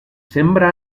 sempre